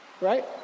right